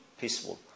peaceful